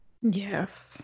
Yes